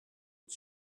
het